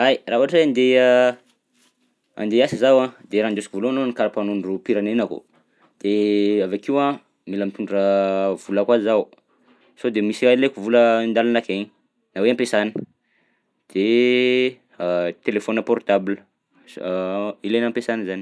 Ay, raha ohatra hoe andeha andeha hiasa zaho a de raha ndesiko voalohany lohany karapanondrom-pirenenako de avy akeo mila mitondra vola koa zaho sao de misy raha ilaiko vola an-dàlana akegny na hoe am-piasana de telefaonina portable s- ilana am-piasana zany.